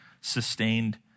sustained